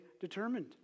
determined